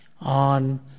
on